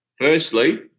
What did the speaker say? Firstly